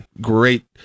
Great